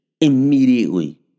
immediately